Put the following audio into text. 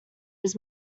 his